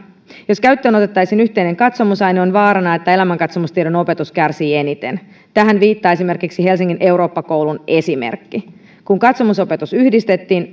jos käyttöön otettaisiin yhteinen katsomusaine on vaarana että elämänkatsomustiedon opetus kärsii eniten tähän viittaa esimerkiksi helsingin eurooppa koulun esimerkki kun katsomusopetus yhdistettiin